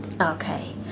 Okay